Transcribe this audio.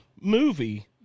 movie